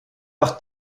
leur